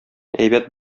әйбәт